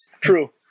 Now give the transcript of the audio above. True